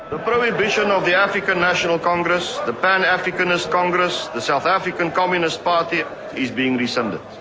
the prohibition of the african national congress, the pan africanist congress, the south african communist party is being rescinded.